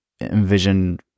envision